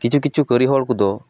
ᱠᱤᱪᱷᱩ ᱠᱤᱪᱷᱩ ᱠᱟᱹᱨᱤ ᱦᱚᱲ ᱠᱚᱫᱚ